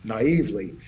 Naively